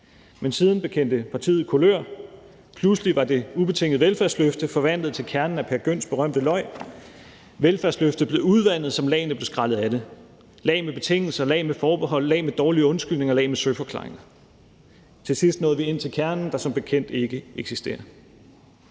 Men siden bekendte partiet kulør. Pludselig var det ubetingede velfærdsløfte forvandlet til kernen af Peer Gynts berømte løg. Velfærdsløftet blev udvandet, som lagene blev skrællet af det, lag med betingelser, lag med forbehold, lag med dårlige undskyldninger og lag med søforklaringer. Til sidst nåede vi ind til kernen, der som bekendt ikke eksisterer.